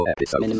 Episode